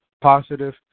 positive